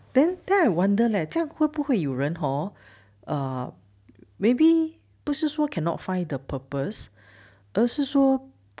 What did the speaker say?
then then I wonder leh 这样会不会有人 hor err maybe 不是说 cannot find the purpose 而是说